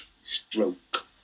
stroke